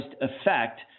effect